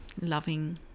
loving